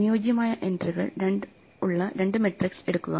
അനുയോജ്യമായ എൻട്രികൾ രണ്ടു മെട്രിക്സ് എടുക്കുക